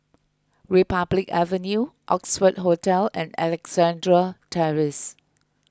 Republic Avenue Oxford Hotel and Alexandra Terrace